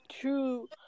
True